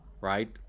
right